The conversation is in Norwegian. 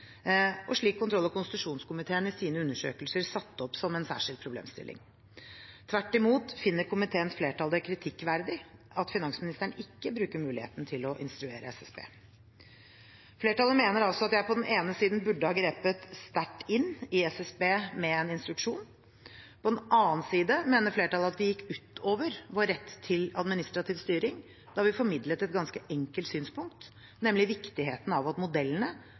og slik kontroll- og konstitusjonskomiteen i sine undersøkelser satte opp som en særskilt problemstilling. Tvert imot finner komiteens flertall det «kritikkverdig at finansministeren ikke bruker muligheten til å instruere SSB». Flertallet mener altså at jeg på den ene siden burde ha grepet sterkt inn i SSB med en instruksjon. På den annen side mener flertallet at vi gikk ut over vår rett til administrativ styring da vi formidlet et ganske enkelt synspunkt, nemlig viktigheten av at modellene